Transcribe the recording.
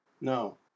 No